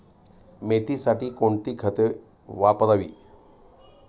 मेथीसाठी कोणती खते वापरावी?